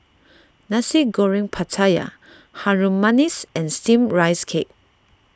Nasi Goreng Pattaya Harum Manis and Steamed Rice Cake